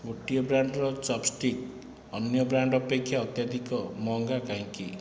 ଗୋଟିଏ ବ୍ରାଣ୍ଡ୍ର ଚପ୍ଷ୍ଟିକ୍ ଅନ୍ୟ ବ୍ରାଣ୍ଡ୍ ଅପେକ୍ଷା ଅତ୍ୟଧିକ ମହଙ୍ଗା କାହିଁକି